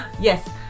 yes